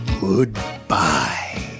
Goodbye